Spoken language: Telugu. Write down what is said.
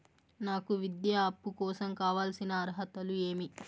నాకు విద్యా అప్పు కోసం కావాల్సిన అర్హతలు ఏమి?